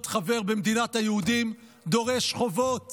להיות חבר במדינת היהודים דורש חובות